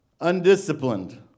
undisciplined